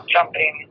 Jumping